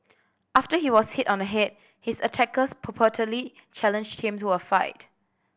after he was hit on the head his attackers purportedly challenged him to a fight